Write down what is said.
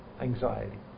anxiety